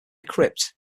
crypt